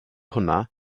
hwnna